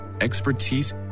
expertise